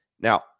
Now